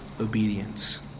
obedience